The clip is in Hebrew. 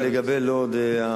לגבי לוד,